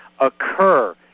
occur